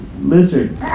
lizard